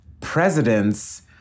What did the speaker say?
presidents